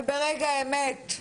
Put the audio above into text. וברגע האמת,